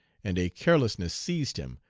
and a carelessness seized him,